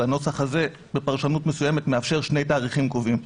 והנוסח הזה בפרשנות מסוימת מאפשר שני תאריכים קובעים.